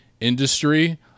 industry